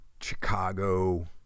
Chicago